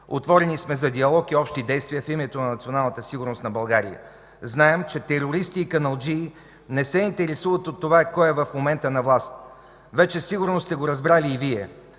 Отворени сме за диалог и общи действия в името на националната сигурност на България. Знаем, че терористи и каналджии не се интересуват от това кой е в момента на власт. Вече сигурно сте го разбрали и Вие.